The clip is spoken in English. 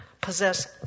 possess